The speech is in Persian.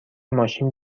ماشین